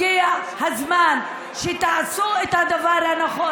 הגיע הזמן שתעשו את הדבר הנכון.